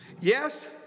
Yes